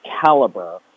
caliber